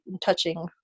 touching